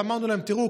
ואמרנו להם: תראו,